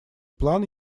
план